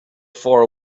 far